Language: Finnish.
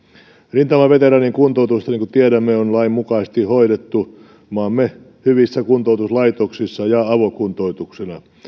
rintamaveteraanien kuntoutusta niin kuin tiedämme on lainmukaisesti hoidettu maamme hyvissä kuntoutuslaitoksissa ja avokuntoutuksena